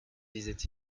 disait